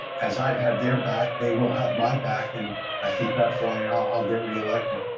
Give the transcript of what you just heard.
as i've had their back, they will have my back and i think that's why i'll get re-elected.